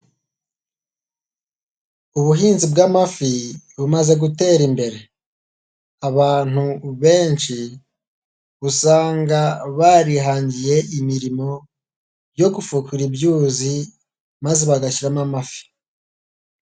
ubuhinzi bw'amafi bumaze gutera imbere, abantu benshi usanga barihangiye imirimo yo gufukura ibyuzi maze bagashiramo amafi.